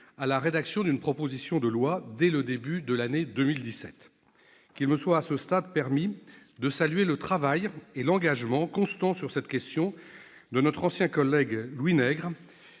à la rédaction d'une proposition de loi dès le début de l'année 2017. Qu'il me soit, à ce stade, permis de saluer le travail et l'engagement constant sur cette question de notre ancien collègue Louis Nègre,